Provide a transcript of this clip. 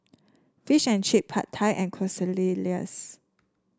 Fish and Chip Pad Thai and Quesadillas